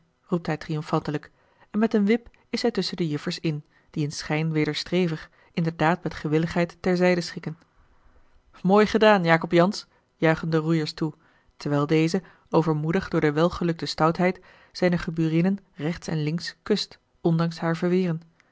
roept hij triomfantelijk en met een wip is hij tusschen de juffers in die in schijn wederstrevig inderdaad met gewilligheid ter zijde schikken mooi gedaan jacob jansz juichen de roeiers toe terwijl deze overmoedig door de welgelukte stoutheid zijne geburinnen rechts en links kust ondanks haar verweren